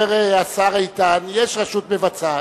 אומר השר איתן: יש רשות מבצעת,